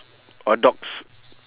or dogs